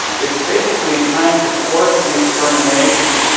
it's basically trying to force the extermination,